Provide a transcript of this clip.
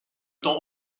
temps